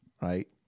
right